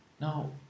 Now